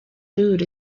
food